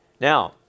Now